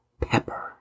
Pepper